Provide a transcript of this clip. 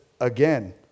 again